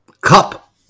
cup